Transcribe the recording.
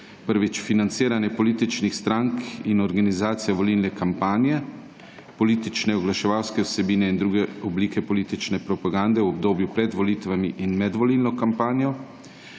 - financiranje političnih strank in organizacija volilne kampanje (politične oglaševalske vsebine in druge oblike politične propagande v obdobju pred volitvami in med volilno kampanjo),